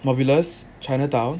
mobulus chinatown